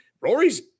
Rory's